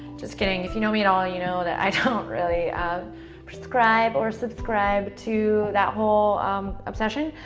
just kidding. if you know me at all, you know that i don't really um prescribe or subscribe to that whole obsession.